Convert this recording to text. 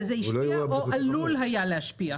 שהשפיע או עלול היה להשפיע.